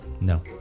No